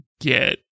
get